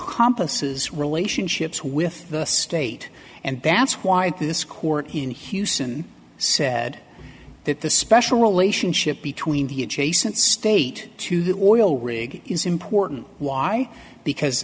is relationships with the state and that's why this court in houston said that the special relationship between the adjacent state to the oil rig is important why because